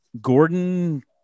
Gordon